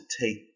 take